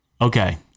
Okay